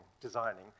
designing